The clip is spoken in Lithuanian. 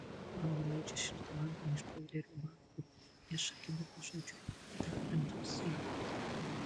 ana leidžia šiltą vandenį iš boilerio margo neša kibirą žodžiu įdarbinta visa įgula